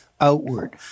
outward